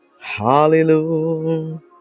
hallelujah